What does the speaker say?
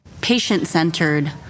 patient-centered